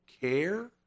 care